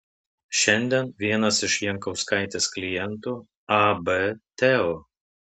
šiandien vienas iš jankauskaitės klientų ab teo